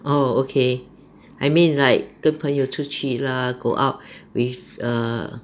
oh okay I mean like 跟朋友出去 lah go out with err